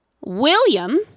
William